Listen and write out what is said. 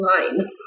line